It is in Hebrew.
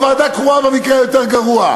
או ועדה קרואה במקרה היותר-גרוע.